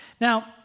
Now